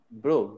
bro